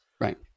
right